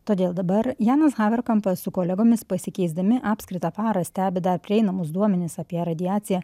todėl dabar janas haverkampas su kolegomis pasikeisdami apskritą parą stebi dar prieinamus duomenis apie radiaciją